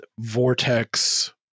vortex